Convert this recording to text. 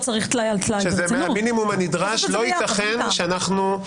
לא ייתכן שאנחנו,